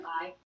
Bye